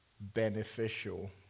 beneficial